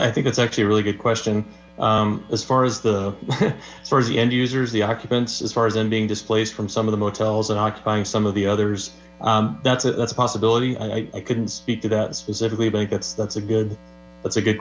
i think it's actually a really good question as far as the for the end users the occupants as far as them being displaced from some of the motels and occupying some of the others that's that's a possibility i couldn't speak to that specifically blankets that's a good that's a good